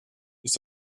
ist